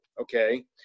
okay